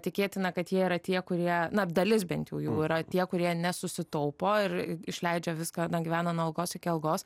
tikėtina kad jie yra tie kurie na dalis bent jau jų yra tie kurie nesusitaupo ir išleidžia viskąna gyvena nuo algos iki algos